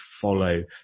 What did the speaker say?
follow